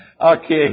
Okay